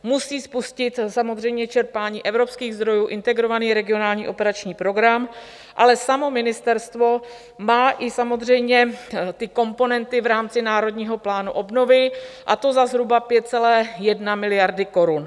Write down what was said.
Musí spustit samozřejmě čerpání evropských zdrojů, Integrovaný regionální operační program, ale samo ministerstvo má i samozřejmě ty komponenty v rámci Národního plánu obnovy, a to za zhruba 5,1 miliardy korun.